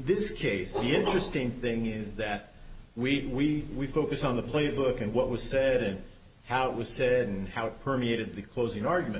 this case the interesting thing is that we focus on the play book and what was said and how it was said and how it permeated the closing argument